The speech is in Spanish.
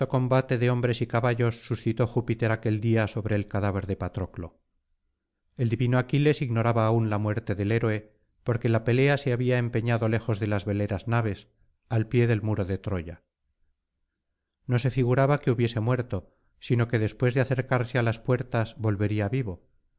combate de hombres y caballos suscitó júpiter aquel día sobre el cadáver de patroclo el divino aquiles ignoraba aún la muerte del héroe porque la pelea se había empeñado lejos de las veleras naves al pie del muro de troya no se figuraba que hubiese muerto sino que después de acercarse á las puertas volvería vivo